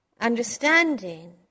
understanding